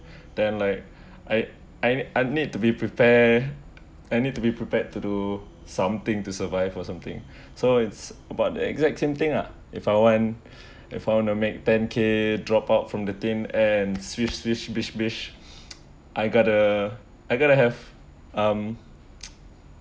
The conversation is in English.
then like I I I need to be prepared I need to be prepared to do something to survive or something so it's about the exact same thing uh if I want if I want to make ten k drop out from the team and swish swish beach beach I gotta I gotta have um